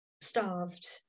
starved